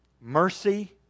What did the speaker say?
mercy